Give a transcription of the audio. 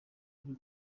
turi